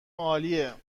عالیه